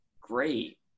great